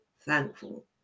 thankful